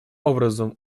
образом